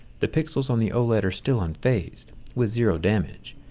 the pixels on the oled are still unfazed with zero damage.